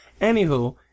Anywho